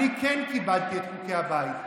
אני כן כיבדתי את חוקי הבית.